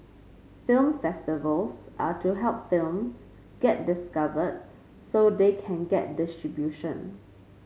film festivals are to help films get discovered so they can get distribution